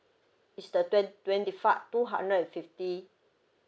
it's the twenty twenty five two hundred and fifty